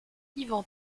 ivan